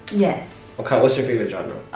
yes. what's your favorite genre?